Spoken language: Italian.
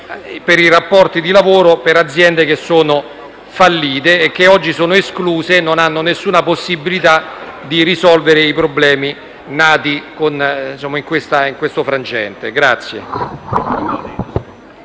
ai rapporti di lavoro per aziende fallite, che oggi sono escluse e non hanno nessuna possibilità di risolvere i problemi nati in questo frangente.